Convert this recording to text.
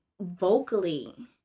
vocally